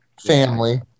family